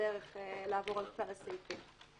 לעבור על כל הסעיפים.